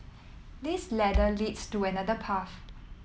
this ladder leads to another path